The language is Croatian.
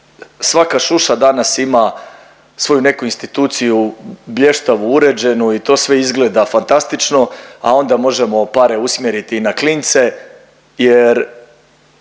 svaka šuša danas ima svoju neku instituciju blještavo uređenu i to sve izgleda fantastično, a onda možemo pare usmjeriti i na klince jer,